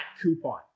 coupon